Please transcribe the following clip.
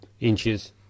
inches